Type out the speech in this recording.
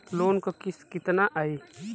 Loan क किस्त कितना आई?